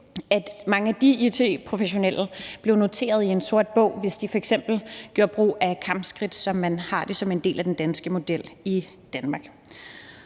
at mange af de it-professionelle blev noteret i en sort bog, hvis de f.eks. gjorde brug af kampskridt, som man har som en del af den danske model i Danmark.